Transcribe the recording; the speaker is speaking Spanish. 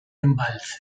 embalse